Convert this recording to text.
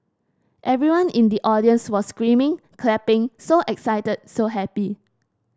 everyone in the audience was screaming clapping so excited so happy